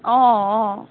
অঁ অঁ